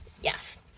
Yes